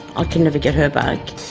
i can never get her back.